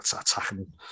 attacking